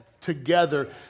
together